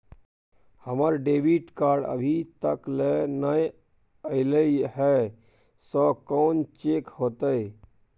हमर debit card अभी तकल नय अयले हैं, से कोन चेक होतै?